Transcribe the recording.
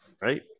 Right